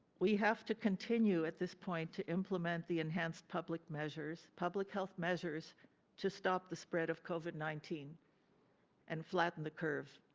we have to continue at this point to implement the enhanced public measures, public health measures to stop the spread of covid nineteen and flatten the curve.